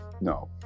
no